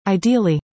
Ideally